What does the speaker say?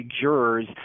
jurors